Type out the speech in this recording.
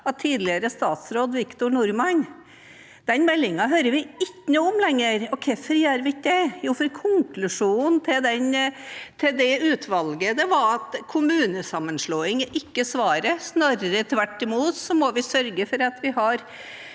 av tidligere statsråd Victor Norman. Den meldingen hører vi ikke noe om lenger, og hvorfor gjør vi ikke det? Jo, det er fordi konklusjonen til utvalget var at kommunesammenslåing ikke er svaret. Snarere tvert imot må vi sørge for at vi har